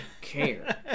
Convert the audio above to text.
care